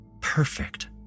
perfect